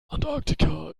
antarktika